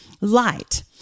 light